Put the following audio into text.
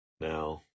now